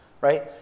right